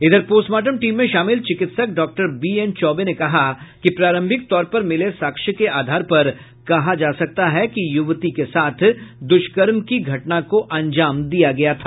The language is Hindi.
इधर पोस्टमार्टम टीम में शामिल चिकित्सक डॉक्टर बीएन चौबे ने कहा कि प्रारंभिक तौर पर मिले साक्ष्य के आधार पर कहा जा सकता है कि यूवती के साथ दुष्कर्म की घटना को अंजाम दिया गया था